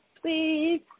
please